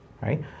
Right